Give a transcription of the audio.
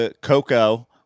Coco